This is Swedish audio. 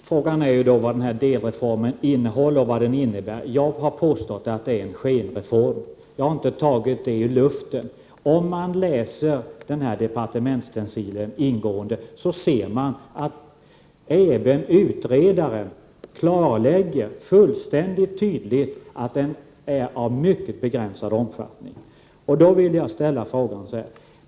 Herr talman! Frågan är vad delreformen innehåller och vad den innebär. Jag har påstått att det är en skenreform, och jag har inte tagit det ur luften. Om man läser departementsstencilen ingående ser man att även utredaren fullständigt tydligt klarlägger att den är av mycket begränsad omfattning.